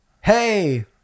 Hey